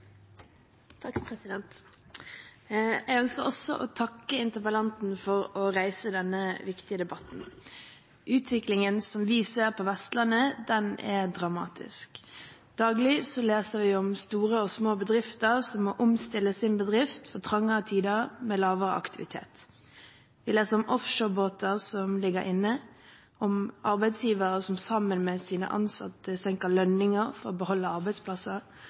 Jeg ønsker også å takke interpellanten for å reise denne viktige debatten. Utviklingen som vi ser på Vestlandet, er dramatisk. Daglig leser vi om store og små bedrifter som må omstille sin bedrift til trangere tider med lavere aktivitet. Vi leser om offshorebåter som ligger inne, om arbeidsgivere som sammen med sine ansatte senker lønninger for å beholde arbeidsplasser,